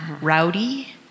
Rowdy